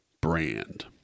brand